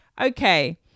Okay